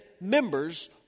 members